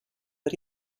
but